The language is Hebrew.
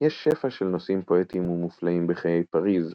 "יש שפע של נושאים פואטיים ומופלאים בחיי פריז",